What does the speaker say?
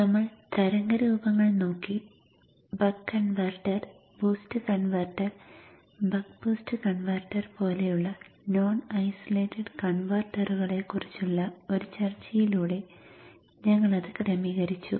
നമ്മൾ തരംഗ രൂപങ്ങൾ നോക്കി buck converter boost converter buck boost converter പോലെയുള്ള നോൺ ഐസൊലേറ്റഡ് കൺവെർട്ടറുകളെക്കുറിച്ചുള്ള ഒരു ചർച്ചയിലൂടെ ഞങ്ങൾ അത് ക്രമീകരിച്ചു